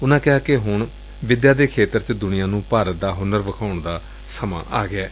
ਉਨੂਾ ਕਿਹਾ ਕਿ ਹੁਣ ਵਿਦਿਆ ਦੇ ਖੇਤਰ ਵਿਚ ਦੁਨੀਆਂ ਨੁੰ ਭਾਰਤ ਦਾ ਹੁਨਰ ਵਿਖਾਉਣ ਦਾ ਸਮਾਂ ਆ ਗਿਐ